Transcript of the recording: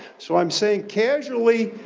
so i'm saying casually,